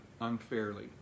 unfairly